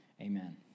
Amen